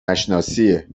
نشناسیه